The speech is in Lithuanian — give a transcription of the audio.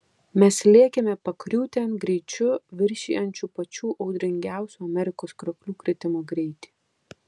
mes lėkėme pakriūtėn greičiu viršijančiu pačių audringiausių amerikos krioklių kritimo greitį